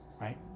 right